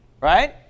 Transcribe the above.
Right